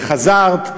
וחזרת,